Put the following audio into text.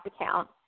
account